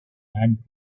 and